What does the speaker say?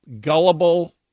gullible